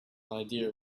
idea